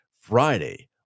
Friday